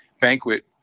banquet